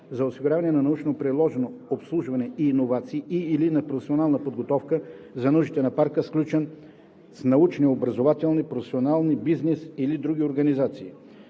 за осигуряване на научно-приложно обслужване и иновации и/или на професионална подготовка за нуждите на парка, сключен с научни, образователни, професионални, бизнес или други организации;